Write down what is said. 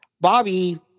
Bobby